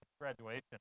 graduation